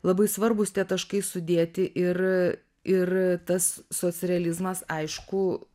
labai svarbūs tie taškai sudėti ir ir tas socrealizmas aišku